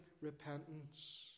repentance